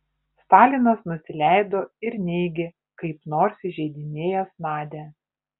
stalinas nusileido ir neigė kaip nors įžeidinėjęs nadią